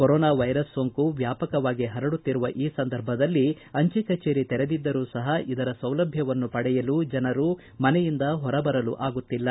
corona virus ಸೋಂಕು ವ್ಡಾಪಕವಾಗಿ ಪರಡುತ್ತಿರುವ ಈ ಸಂದರ್ಭದಲ್ಲಿ ಅಂಜೆ ಕಚೇರಿ ತೆರೆದಿದ್ದರೂ ಸಪ ಇದರ ಸೌಲಭ್ಯವನ್ನು ಪಡೆಯಲು ಜನರು ಮನೆಯಿಂದ ಹೊರಬರಲು ಆಗುತ್ತಿಲ್ಲ